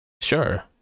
Sure